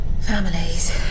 Families